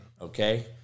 okay